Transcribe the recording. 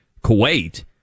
Kuwait